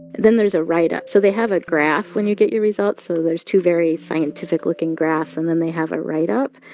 then there's a write-up. so they have a graph when you get your results. so there's two very scientific-looking graphs, and then they have a write-up.